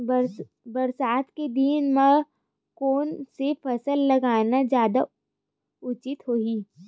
बरसात के दिन म कोन से फसल लगाना जादा उचित होही?